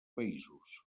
països